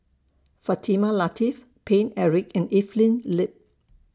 Fatimah Lateef Paine Eric and Evelyn Lip